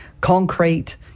concrete